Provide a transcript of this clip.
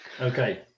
Okay